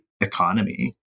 economy